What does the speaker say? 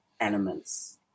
elements